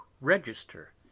register